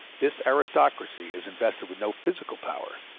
this aristocracy is invested with no physical power,